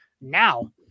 Now